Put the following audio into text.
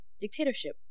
dictatorship